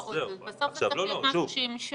בסוף זה צריך משהו שימשוך.